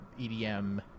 EDM